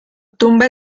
tumba